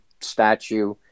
statue